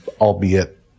albeit